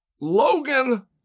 Logan